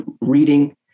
reading